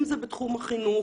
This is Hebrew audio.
אם זה בתחום החינוך